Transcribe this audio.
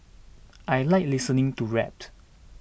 I like listening to rapt